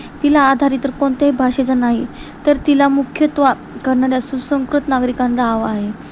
तिला आधार इतर कोणत्याही भाषेचा नाही तर तिला मुख्यत्वे करणार्या सुसंस्कृत नागरिकांना आव आहे